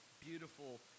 beautiful